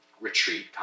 retreat